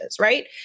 right